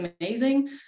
amazing